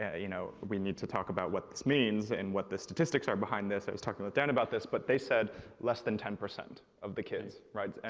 you know, we need to talk about what this means and what the statistics are behind this. he was talking about then about this. but they said less than ten percent of the kids, right? and